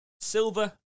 silver